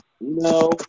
No